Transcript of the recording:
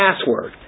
password